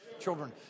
children